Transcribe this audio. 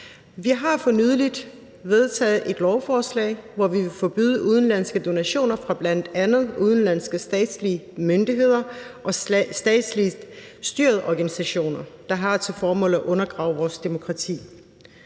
Vi har for nylig vedtaget et lovforslag, hvor vi vil forbyde udenlandske donationer fra bl.a. udenlandske statslige myndigheder og statsligt styrede organisationer, der har til formål at undergrave vores demokrati.